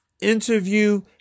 interview